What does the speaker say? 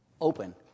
open